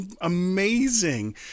amazing